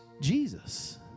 Jesus